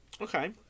Okay